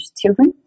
children